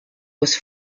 was